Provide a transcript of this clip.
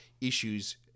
issues